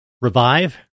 revive